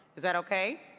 is that okay?